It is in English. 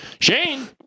Shane